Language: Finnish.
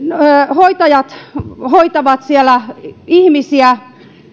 hoitajat hoitavat siellä ihmisiä